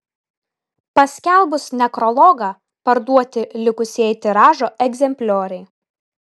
paskelbus nekrologą parduoti likusieji tiražo egzemplioriai